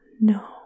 no